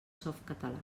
softcatalà